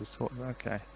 Okay